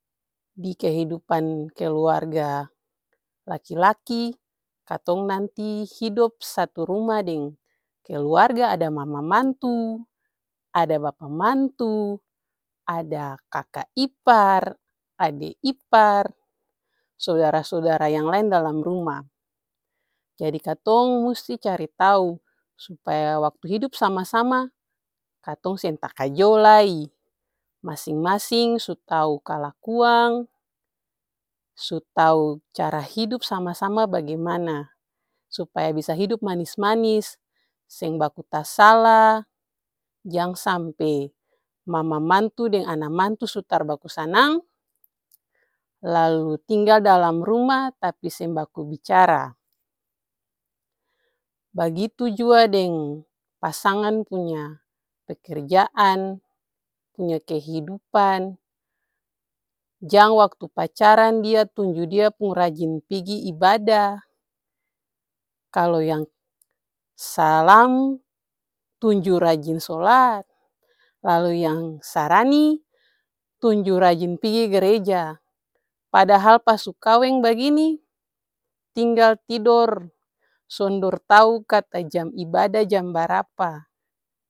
Dikehidupan keluarga laki-laki katong nanti hidop satu ruma deng keluarga, ada mama mantu, ada bapa mantu, ada kaka ipar, ade ipar, sodara-sodara yang laeng dalam ruma. Jadi katong musti cari tau supaya waktu hidup sama-sama katong seng takajo lai, masing-masing su tau kalakuang, su tau cara hidup sama-sama bagimana. Supaya bisa hidup manis-manis, seng baku tasala, jang sampe mama mantu deng ana mantu su tar baku sanang, lalu tinggal dalam ruma tapi seng baku bicara. Bagitu jua deng pasangan pung pekerjaan, punya kehidupan, jang waktu pacaran dia tunju dia pung raji pigi ibadah, kalu yang salam tunjun rajin sholat, lalu yang sarani tunju rajing pi gereja, padahal pas su kaweng bagini tinggal tidor sondor tau kata jam ibada jam barapa.